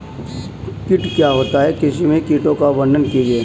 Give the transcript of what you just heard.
कीट क्या होता है कृषि में कीटों का वर्णन कीजिए?